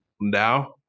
now